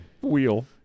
Wheel